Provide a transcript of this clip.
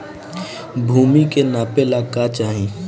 भूमि के नापेला का चाही?